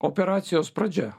operacijos pradžia